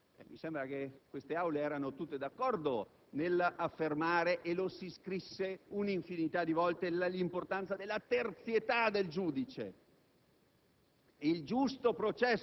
A noi sembra che la strada sia quasi obbligata.